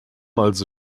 also